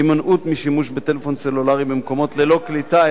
הימנעות משימוש בטלפון סלולרי במקומות ללא קליטה,